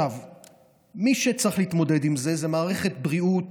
מי שצריך להתמודד עם זה זה מערכת בריאות